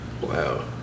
Wow